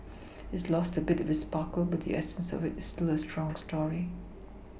it's lost a bit of its sparkle but the essence of it is still a very strong story